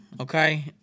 okay